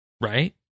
right